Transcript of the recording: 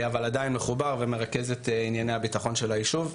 אבל עדיין מחובר ומרכז את ענייני הביטחון של היישוב.